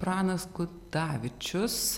pranas kutavičius